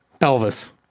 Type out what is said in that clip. Elvis